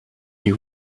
you